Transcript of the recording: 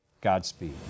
Godspeed